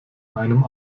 einem